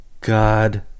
God